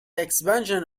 expansion